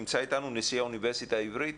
נשיא האוניברסיטה העברית?